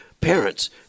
parents